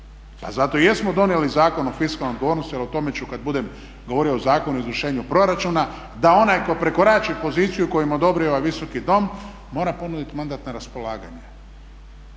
zato i jesmo donijeli Zakon o fiskalnom bonusu, ali o tome ću kad budem govorio o Zakonu o izvršenju proračuna, da onaj tko prekorači poziciju koju im odobri ovaj Visoki dom mora ponuditi mandat na raspolaganje.